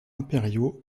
impériaux